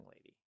lady